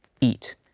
eat